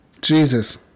Jesus